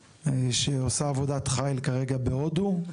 שעושה עבודת חיל כרגע בהודו,